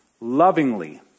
lovingly